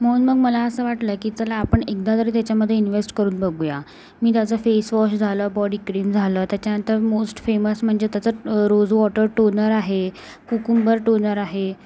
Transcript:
महून मग मला असं वाटलं की चला आपण एकदा तरी त्याच्यामधे इन्व्हेस्ट करून बघूया मी त्याचं फेसवॉश झालं बॉडी क्रीम झालं त्याच्यानंतर मोस्ट फेमस म्हणजे त्याचं रोज वॉटर टोनर आहे कुकुम्बर टोनर आहे